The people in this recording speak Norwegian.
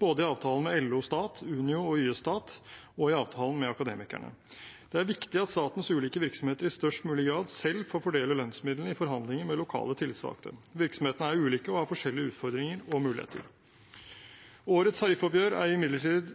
både i avtalen med LO Stat, Unio og YS Stat og i avtalen med Akademikerne. Det er viktig at statens ulike virksomheter i størst mulig grad selv får fordele lønnsmidlene i forhandlinger med lokale tillitsvalgte. Virksomhetene er ulike og har forskjellige utfordringer og muligheter. Årets tariffoppgjør er imidlertid